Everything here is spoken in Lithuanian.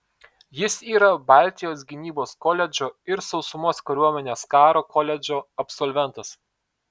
jis yra baltijos gynybos koledžo ir sausumos kariuomenės karo koledžo absolventas